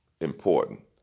important